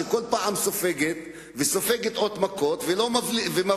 שכל פעם סופגת וסופגת עוד מכות ומבליגה,